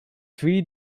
three